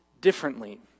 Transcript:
differently